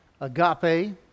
agape